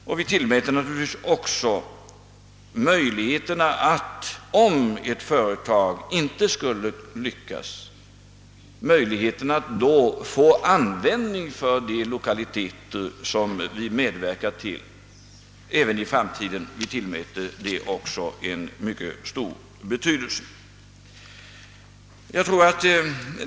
Likaså tar vi hänsyn till vilka möjligheter som finns att i framtiden använda de lokaliteter vi givit bidrag till, om ett företag inte skulle lyckas.